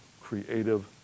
creative